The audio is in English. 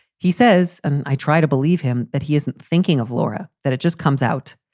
he says, and i try to believe him, that he isn't thinking of laura, that it just comes out.